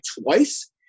twice